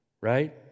right